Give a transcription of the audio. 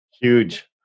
Huge